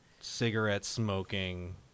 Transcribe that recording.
cigarette-smoking